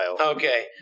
okay